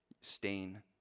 stain